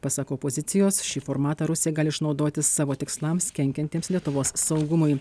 pasak opozicijos šį formatą rusija gali išnaudoti savo tikslams kenkiantiems lietuvos saugumui